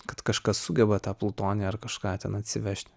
kad kažkas sugeba tą plutonį ar kažką ten atsivežt